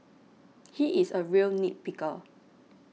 he is a real nit picker